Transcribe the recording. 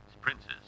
princes